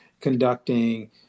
conducting